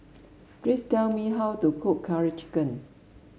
please tell me how to cook Curry Chicken